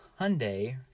Hyundai